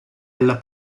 alla